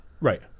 right